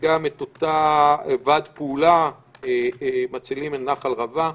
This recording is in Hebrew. וגם את אותו ועד פעולה מצילים את נחל רבה.